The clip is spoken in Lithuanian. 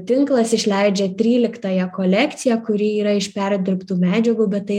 tinklas išleidžia tryliktąją kolekciją kuri yra iš perdirbtų medžiagų bet tai